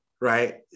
right